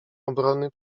obrony